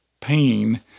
pain